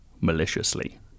maliciously